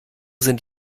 sind